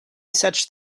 such